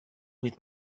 with